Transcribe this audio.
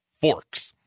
Forks